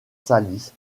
salis